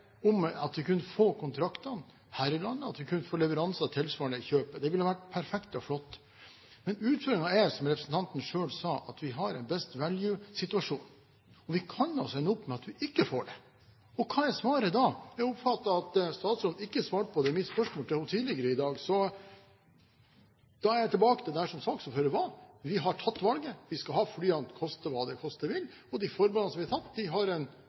enn om vi kunne få kontraktene her i landet, at vi kunne få leveranser tilsvarende kjøpet – det deler jeg fullt ut. Det ville vært perfekt og flott. Men utfordringen er, som representanten selv sa, at vi har en «best value»-situasjon. Vi kan altså ende opp med at vi ikke får det. Og hva er svaret da? Jeg oppfattet at statsråden ikke svarte på mitt spørsmål til henne om det tidligere i dag. Så da er jeg tilbake til der saksordføreren var: Vi har tatt valget. Vi skal ha flyene koste hva det koste vil, og de forbeholdene som vi har tatt, har